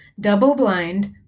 double-blind